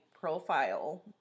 profile